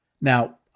Now